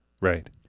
Right